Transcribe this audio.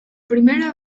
primera